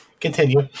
Continue